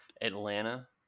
Atlanta